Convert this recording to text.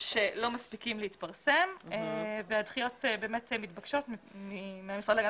שלא מספיקים להתפרסם והדחיות מתבקשות מהמשרד להגנת